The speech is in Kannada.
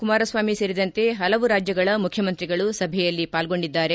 ಕುಮಾರಸ್ವಾಮಿ ಸೇರಿದಂತೆ ಹಲವು ರಾಜ್ಯಗಳ ಮುಖ್ಯಮಂತ್ರಿಗಳು ಸಭೆಯಲ್ಲಿ ಪಾಲ್ಗೊಂಡಿದ್ದಾರೆ